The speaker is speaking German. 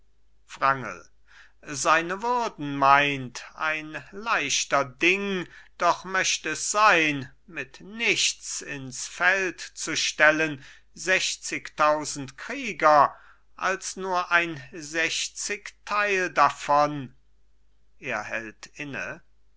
wrangel seine würden meint ein leichter ding doch möcht es sein mit nichts ins feld zu stellen sechzigtausend krieger als nur ein sechzigteil davon er hält inne